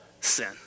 sin